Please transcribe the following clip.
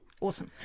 awesome